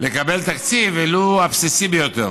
לקבל תקציב, ולו הבסיסי ביותר.